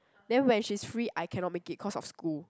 then when she's free I cannot make it cause of school